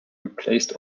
replaced